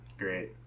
great